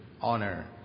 honor